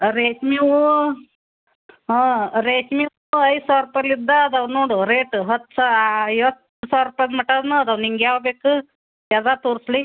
ಹಾಂ ರೇಷ್ಮೆವು ಹಾಂ ರೇಷ್ಮೆವು ಐದು ಸಾವಿರ ರುಪೈಲಿಂದ ಅದಾವು ನೋಡು ರೇಟು ಹತ್ತು ಸಾವಿರ ಐವತ್ತು ಸಾವಿರ ರುಪಾಯಿ ಮಟಾ ಅದಾವು ನಿಂಗೆ ಯಾವು ಬೇಕು ಯಾವುದ್ರಾಗ್ ತೋರಿಸ್ಲಿ